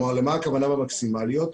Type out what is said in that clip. ומה הכוונה במקסימליות?